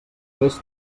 fes